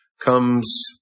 comes